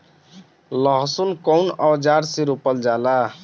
लहसुन कउन औजार से रोपल जाला?